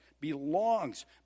belongs